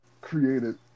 created